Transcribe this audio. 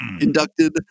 inducted